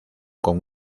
con